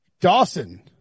Dawson